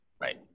right